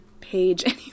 page